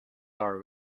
are